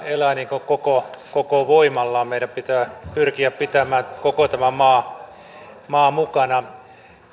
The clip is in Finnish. elää koko koko voimallaan meidän pitää pyrkiä pitämään koko tämä maa mukana